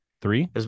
three